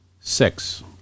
Six